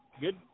good